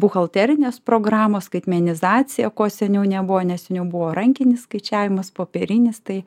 buhalterinės programos skaitmenizaciją ko seniau nebuvo nes seniau buvo rankinis skaičiavimas popierinis tai